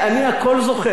היית יושב-ראש ועדת הכלכלה.